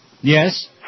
Yes